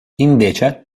invece